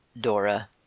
dora